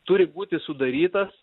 turi būti sudarytas